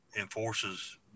enforces